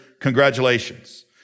Congratulations